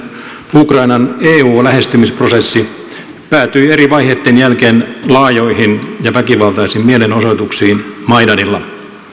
ukrainan eu lähestymisprosessi päätyi eri vaiheitten jälkeen laajoihin ja väkivaltaisiin mielenosoituksiin maidanilla